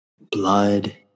blood